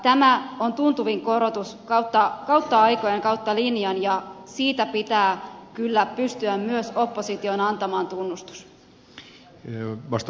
tämä on tuntuvin korotus kautta aikojen kautta linjan ja siitä pitää kyllä pystyä myös opposition antamaan tunnustus